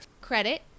Credit